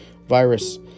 virus